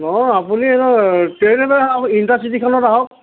নহয় আপুনি ট্ৰেইনতে আহক ইণ্টাৰচিটিখনতে আহক